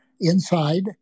inside